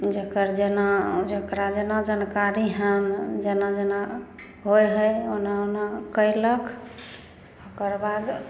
जेकर जेना जेकरा जेना जानकारी हैन जेना जेना होइ हइ ओना ओना केलक ओकर बाद